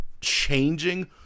changing